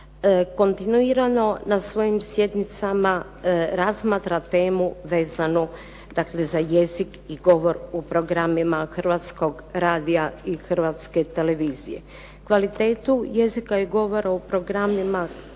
kontinuirano na svojim sjednicama razmatra temu vezanu za jezik i govor u programima Hrvatskog radija i Hrvatske televizije. Kvalitetu jezika i govora u programima